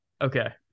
okay